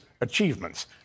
achievements